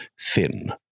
thin